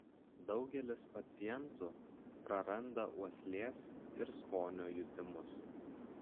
daugelis pacientų prarandą uoslės ir skonio jutimus